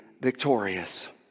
victorious